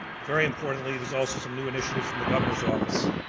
very importantly, there's also some new initiatives from the governor's office.